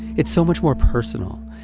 it's so much more personal,